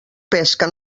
pesca